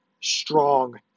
strong